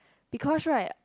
because right